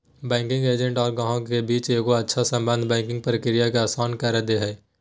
banking agent और गाहक के बीच एगो अच्छा सम्बन्ध बैंकिंग प्रक्रिया के आसान कर दे हय